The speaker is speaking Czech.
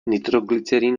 nitroglycerin